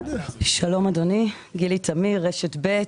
שלום, אדוני, רשת ב',